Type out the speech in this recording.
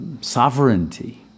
sovereignty